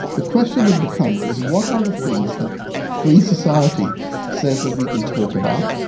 the question then becomes, is what are the things that free society says that we can talk about?